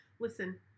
listen